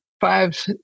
five